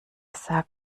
sagt